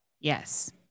Yes